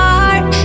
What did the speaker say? heart